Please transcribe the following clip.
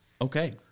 Okay